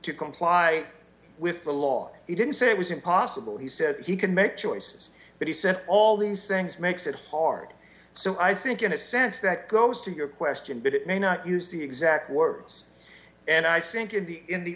to comply with the law he didn't say it was impossible he said he can make choices but he said all these things makes it hard so i think in a sense that goes to your question but it may not use the exact words and i think you'd be in the